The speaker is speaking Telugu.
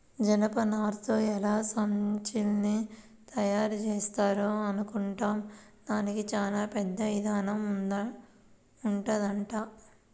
జనపనారతో ఎలా సంచుల్ని తయారుజేత్తారా అనుకుంటాం, దానికి చానా పెద్ద ఇదానం ఉంటదంట